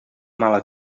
mala